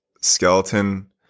skeleton